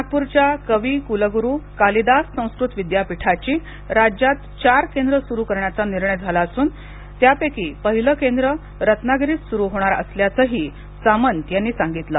नागपूरच्या कविक्लगुरू कालिदास संस्कृत विद्यापीठाची राज्यात चार केंद्रं सुरू करण्याचा निर्णय झाला असून त्यापैकी पहिलं केंद्र रत्नागिरीत सुरू होणार असल्याचंही सामंत यांनी सांगितलं